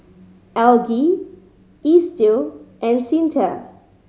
Algie Estill and Cyntha